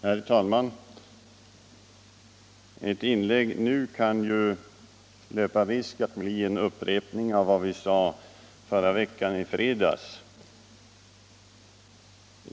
Herr talman! Ett inlägg nu kan ju löpa risk att bli en upprepning av vad som sades i fredags.